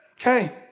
Okay